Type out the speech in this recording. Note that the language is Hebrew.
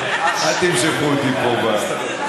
אתה מאמין לי או לחבר הכנסת אמסלם?